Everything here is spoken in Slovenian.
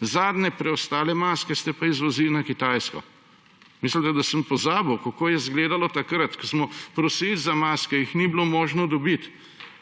zadnje preostale maske ste pa izvozili na Kitajsko. Mislite, da sem pozabil, kako je izgledalo takrat, ko smo prosili za maske, jih ni bilo možno dobiti.